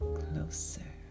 closer